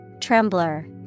Trembler